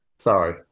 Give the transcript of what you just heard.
Sorry